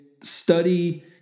study